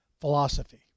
philosophy